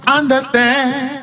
understand